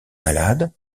malades